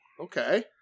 okay